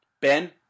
Ben